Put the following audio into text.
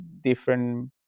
different